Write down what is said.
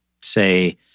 say